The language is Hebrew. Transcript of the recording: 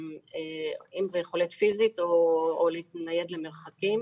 אם זה יכולת פיזית או להתנייד למרחקים,